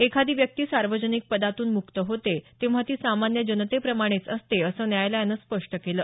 एखादी व्यक्ती सार्वजनिक पदातून मुक्त होते तेव्हा ती सामान्य जनते प्रमाणेच असते असं न्यायालयानं स्पष्ट केलं